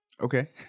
Okay